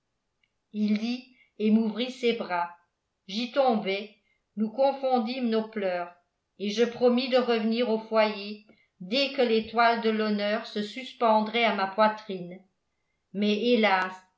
il dit et m'ouvrit ses bras j'y tombai nous confondîmes nos pleurs et je promis de revenir au foyer dès que l'étoile de l'honneur se suspendrait à ma poitrine mais hélas